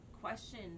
question